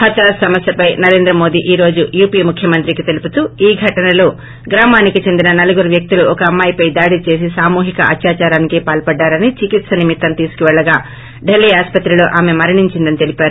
హత్రాస్ సమస్యపై నరేంద్ర మోదీ ఈ రోజు యూపీ ముఖ్యమంత్రికి తెలుపుతు ఈ ఘటనలో గ్రామానికి చెందిన నలుగురు వ్యక్తులు ఒక అమ్మాయపై దాడి చేసి సామూహిక అత్యాదారానికి పాల్సడ్డారని చికిత్స నిమిత్తం తీసుకెళ్లగా ఢిల్లీ ఆసుపత్రిలో ఆమె మరణించిందని తెలిపారు